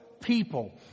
people